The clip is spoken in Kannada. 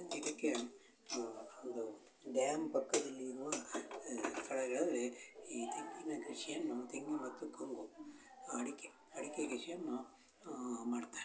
ಇದಕ್ಕೆ ಒಂದು ಡ್ಯಾಮ್ ಪಕ್ಕದಲ್ಲಿ ಇರುವ ಸ್ಥಳಗಳಲ್ಲಿ ಈ ತೆಂಗಿನ ಕೃಷಿಯನ್ನು ತೆಂಗು ಮತ್ತು ಕಂಗು ಅಡಕೆ ಅಡಕೆ ಕೃಷಿಯನ್ನು ಮಾಡ್ತಾರೆ